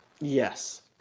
Yes